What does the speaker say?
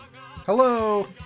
hello